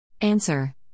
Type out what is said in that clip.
Answer